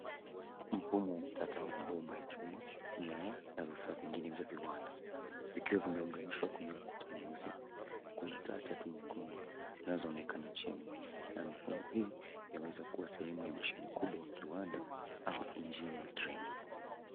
Mfumo tata wa mabomba ya chuma, nyaya na vifaa vingine vya viwanda vikiwa vimeunganishwa kwenye ukuta mweusi. Kuna taa tatu nyekundu zinazoonekana chini na mifumo hii inaweza kuwa sehemu ya mashine kubwa ya kiwanda au injini ya treni.